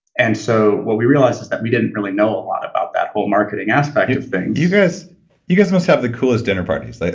and so what we realized is that we didn't really know a lot about that whole marketing aspect of things you guys you guys must have the coolest dinner parties,